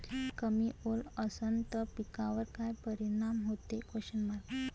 कमी ओल असनं त पिकावर काय परिनाम होते?